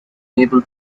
able